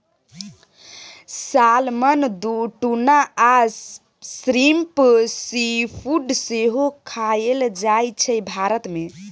salmon, tuna आ shrimp seafood सेहो खाएल जाइ छै भारत मे